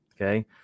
okay